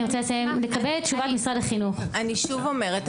אני רוצה לקבל את תשובת משרד החינוך.) אני שוב אומרת,